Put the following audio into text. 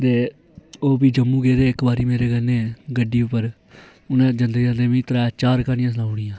ते ओह् फ्ही जम्मू गेदे इक बारी मेरे कन्नै गड्डी उप्पर उनें जंदे जंदे मिगी त्रै चार क्हानियां सनाई ओड़ियां